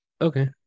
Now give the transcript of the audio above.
Okay